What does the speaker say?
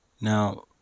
Now